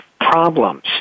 problems